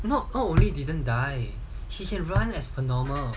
not only didn't die she can run as per normal